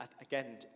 again